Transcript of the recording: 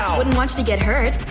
um wouldn't want you to get hurt.